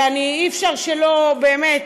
ואי-אפשר שלאף באמת,